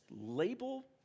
label